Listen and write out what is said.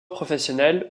professionnel